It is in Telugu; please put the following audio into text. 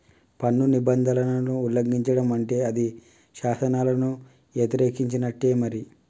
పన్ను నిబంధనలను ఉల్లంఘిచడం అంటే అది శాసనాలను యతిరేకించినట్టే మరి